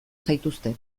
zaituztet